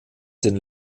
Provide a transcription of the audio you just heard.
den